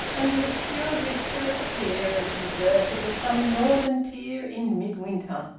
and the obscure vista of the pier as deserted as some northern pier in mid-winter.